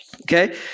Okay